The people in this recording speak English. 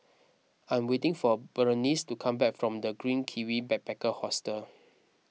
I'm waiting for Berenice to come back from the Green Kiwi Backpacker Hostel